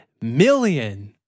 million